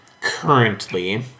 currently